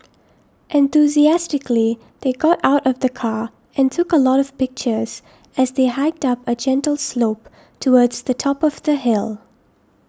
enthusiastically they got out of the car and took a lot of pictures as they hiked up a gentle slope towards the top of the hill